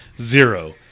Zero